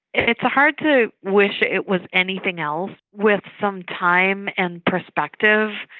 it's hard to wish it was anything else. with some time and perspective,